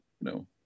No